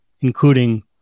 including